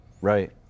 right